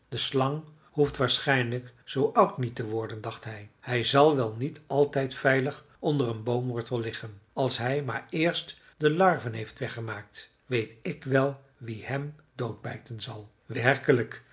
de slang hoeft waarschijnlijk zoo oud niet te worden dacht hij hij zal wel niet altijd veilig onder een boomwortel liggen als hij maar eerst de larven heeft weggemaakt weet ik wel wie hem doodbijten zal werkelijk